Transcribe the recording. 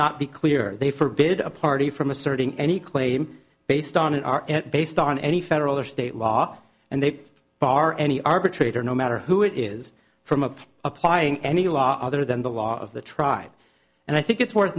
not be clear they forbid a party from asserting any claim based on it are based on any federal or state law and they've bar any arbitrator no matter who it is from applying any law other than the law of the try and i think it's worth